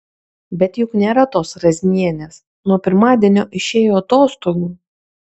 bet juk nėra tos razmienės nuo pirmadienio išėjo atostogų